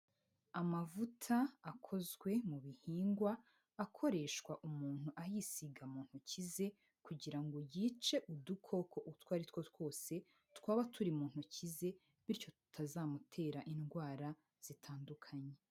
Amavuta akozwe mu bihingwa, akoreshwa umuntu ayisiga mu ntoki ze kugira ngo yice udukoko utwo ari two twose twaba turi mu ntoki ze, bityo tutazamutera indwara zitandukanye.